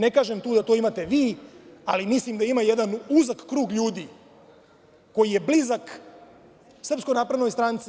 Ne kažem da to imate vi, ali mislim da ima jedan uzak krug ljudi koji je blizak SNS